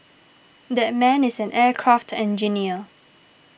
that man is an aircraft engineer